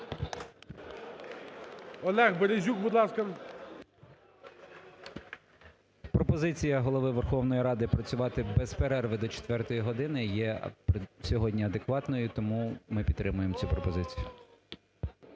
Пропозиція Голови Верховної Ради працювати без перерви до четвертої години є сьогодні адекватною, і тому ми підтримуємо цю пропозицію.